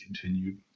continued